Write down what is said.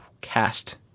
cast